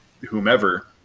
whomever